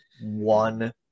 one